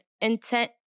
intent